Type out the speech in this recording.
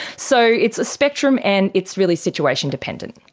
so it's a spectrum and it's really situation-dependent.